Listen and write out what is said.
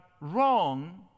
wrong